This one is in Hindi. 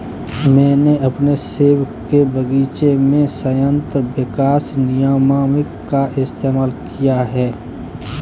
मैंने अपने सेब के बगीचे में संयंत्र विकास नियामक का इस्तेमाल किया है